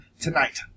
tonight